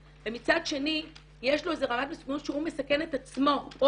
ומצד שני יש לו איזה רמת מסוכנות שהוא מסכן את עצמו או